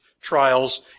trials